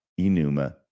enuma